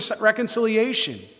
reconciliation